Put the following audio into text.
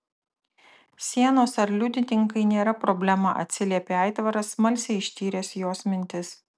sienos ar liudininkai nėra problema atsiliepė aitvaras smalsiai ištyręs jos mintis